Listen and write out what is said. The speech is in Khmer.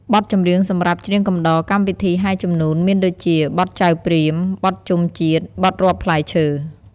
បទចម្រៀងសម្រាប់ច្រៀងកំដរកម្មវិធីហែជំនូន មានដូចជា បទចៅព្រាហ្ម បទជុំជាតិ បទរាប់ផ្លែឈើ...។